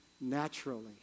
naturally